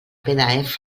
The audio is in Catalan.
pdf